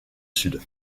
sud